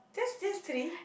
just just three